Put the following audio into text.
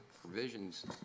provisions